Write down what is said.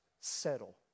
settle